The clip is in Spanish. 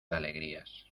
alegrías